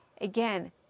Again